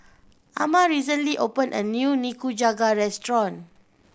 Ama recently opened a new Nikujaga restaurant